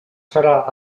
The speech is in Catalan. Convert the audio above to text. farà